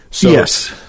Yes